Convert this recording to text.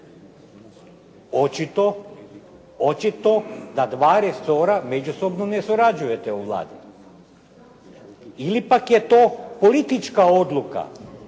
Očito da dva resora međusobno ne surađujete u Vladi, ili pak je to politička odluka